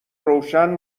روشن